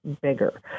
bigger